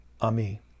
ami